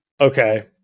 Okay